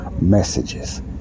messages